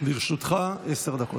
לרשותך עשר דקות.